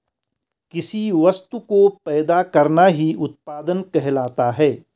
किसी वस्तु को पैदा करना ही उत्पादन कहलाता है